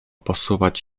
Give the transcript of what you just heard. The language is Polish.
posuwać